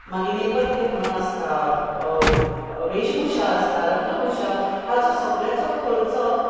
मागीर नैपथ्य म्हणून आसता वेशभुशा आसता रंगभुशा हाचो सगळ्याचो खर्च